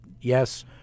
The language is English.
yes